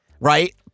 right